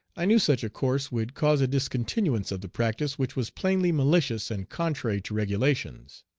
i knew such a course would cause a discontinuance of the practice, which was plainly malicious and contrary to regulations.